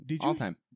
All-time